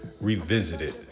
revisited